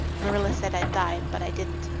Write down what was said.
marilla said i'd die but i dident.